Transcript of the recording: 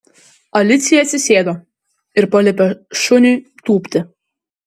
alicija atsisėdo ir paliepė šuniui tūpti